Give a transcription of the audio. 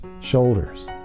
shoulders